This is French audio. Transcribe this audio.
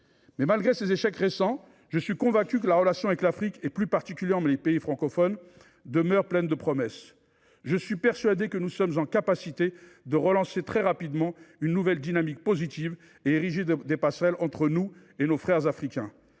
Malgré ces échecs récents, je suis convaincu que la relation avec l’Afrique, et plus particulièrement les pays francophones, demeure pleine de promesses. Je suis persuadé que nous sommes en mesure de relancer très rapidement une nouvelle dynamique positive et d’ériger des passerelles entre nous et nos frères africains.